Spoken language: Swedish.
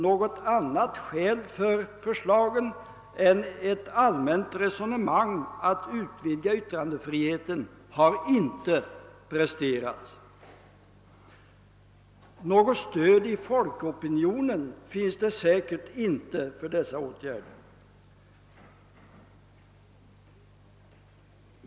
Något annat skäl för förslagen än ett allmänt resonemang om att utvidga yttrandefriheten har inte presterats. Helt säkert finns det inte något stöd i folkopinionen för dessa åtgärder.